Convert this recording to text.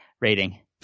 rating